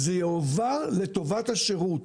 זה יועבר לטובת השירות.